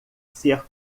ser